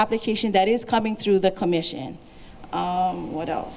application that is coming through the commission what else